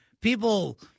people